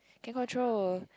can control